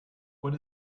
what